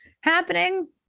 happening